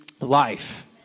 life